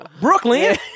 Brooklyn